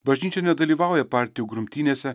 bažnyčia nedalyvauja partijų grumtynėse